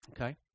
Okay